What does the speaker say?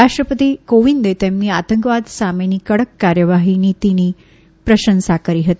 રાષ્ટ્રપતિ કોવિંદે તેમની આતંકવાદ સામેની કડક કાર્યવાહી નીતિ અંગે પ્રશંસા કરી હતી